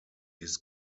his